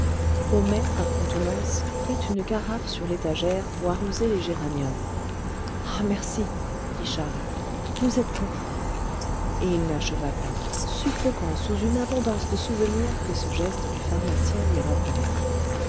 homais par contenance prit une carafe sur l'étagère pour arroser les géraniums ah merci dit charles vous êtes bon et il n'acheva pas suffoquant sous une abondance de souvenirs que ce geste du pharmacien lui rappelait